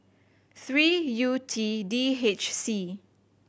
three U T D H C